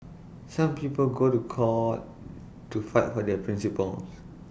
some people go to court to fight for their principles